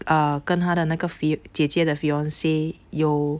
uh 跟他的那个 fi~ 姐姐的 fiance 有